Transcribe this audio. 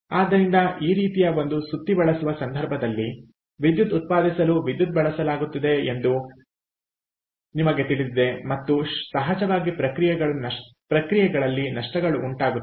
ಆದ್ದರಿಂದ ಈ ರೀತಿಯ ಒಂದು ಸುತ್ತಿ ಬಳಸುವ ಸಂದರ್ಭದಲ್ಲಿ ವಿದ್ಯುತ್ ಉತ್ಪಾದಿಸಲು ವಿದ್ಯುತ್ ಬಳಸಲಾಗುತ್ತಿದೆ ಎಂದು ನಿಮಗೆ ತಿಳಿದಿದೆ ಮತ್ತು ಸಹಜವಾಗಿ ಪ್ರಕ್ರಿಯೆಗಳಲ್ಲಿ ನಷ್ಟಗಳು ಉಂಟಾಗುತ್ತವೆ